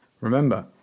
Remember